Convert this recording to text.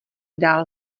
dál